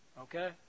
Okay